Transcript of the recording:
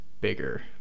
bigger